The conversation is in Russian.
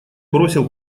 бросил